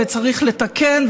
וצריך לתקן,